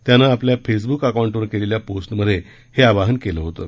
त्याने आपल्या फेसबुक अकाऊंटवर केलेल्या पोस्टमध्ये हे आवाहन केलं होतं